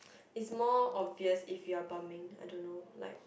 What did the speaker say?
is more obvious if you're bumming I don't know like